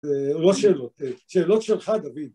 לא שאלות, שאלות שלך דוד